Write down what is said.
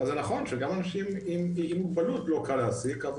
אז זה נכון שגם אנשים עם מוגבלות לא קל להעסיק,